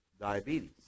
diabetes